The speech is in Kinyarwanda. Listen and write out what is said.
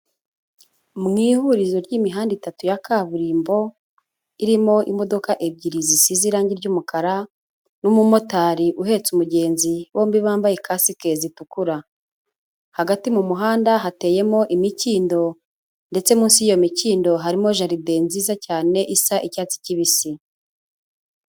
Mu ihurizo ry'imihanda itatu ya kaburimbo irimo imodoka ebyiri zisize irangi ry'umukara n'umumotari uhetse umugenzi bombi bambaye kasike zitukura, hagati mu muhanda hateyemo imikindo ndetse munsi y'yo mikindo harimo jeride nziza cyane isa icyatsi kibisi.